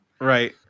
right